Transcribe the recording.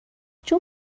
چون